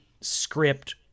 script